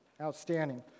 Outstanding